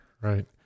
Right